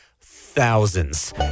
thousands